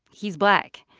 he's black.